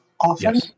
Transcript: often